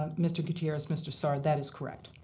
um mr. gutierrez, mr. saar, that is correct.